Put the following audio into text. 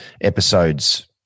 episodes